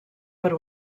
per